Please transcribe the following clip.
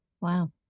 Wow